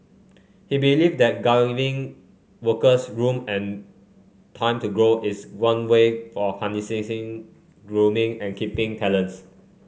he believe that giving workers room and time to grow is one way of harnessing grooming and keeping talents